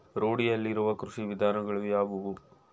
ರೂಢಿಯಲ್ಲಿರುವ ಕೃಷಿ ವಿಧಾನಗಳು ಯಾವುವು?